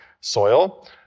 soil